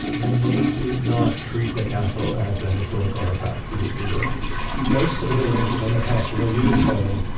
and they did not treat the castle as a historic artifact to be preserved most of the buildings within the castle were used by them,